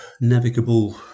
Navigable